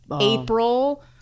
April